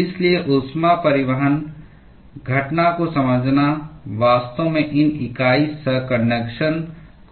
इसलिए ऊष्मा परिवहन घटना को समझना वास्तव में इन इकाई संकन्डक्शन